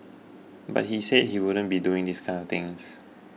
but he said he wouldn't be doing this kind of things